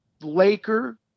Laker